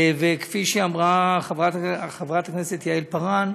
וכפי שאמרה חברת הכנסת יעל פארן,